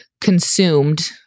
consumed